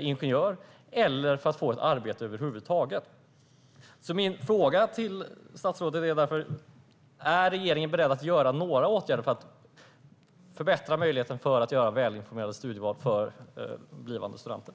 ingenjör, eller så gör man det för att över huvud taget få ett arbete. Min fråga till statsrådet är: Är regeringen beredd att vidta några åtgärder för att förbättra möjligheten för blivande studenter att göra välinformerade studieval?